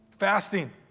Fasting